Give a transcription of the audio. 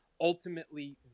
ultimately